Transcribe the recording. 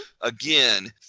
Again